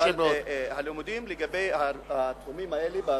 אבל הלימודים של התחומים האלה,